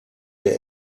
der